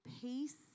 peace